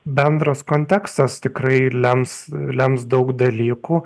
bendras kontekstas tikrai lems lems daug dalykų